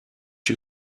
you